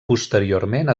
posteriorment